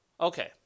Okay